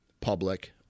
public